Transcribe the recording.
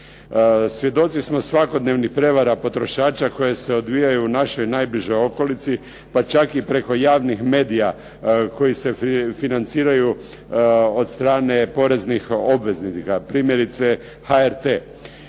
Svjedoci smo svakodnevnih prijevara potrošača koje se odvijaju u našoj najbližoj okolici pa čak i preko javnih medija koji se financiraju od strane poreznih obveznika, primjerice HRT.